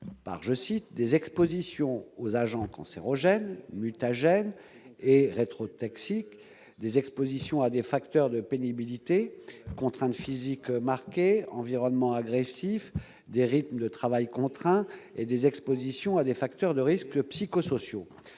par « des expositions aux agents cancérogènes, mutagènes et reprotoxiques, des expositions à des facteurs de pénibilité- contraintes physiques marquées, environnement agressif, rythmes de travail contraints -et expositions à des facteurs de risque psychosociaux